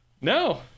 no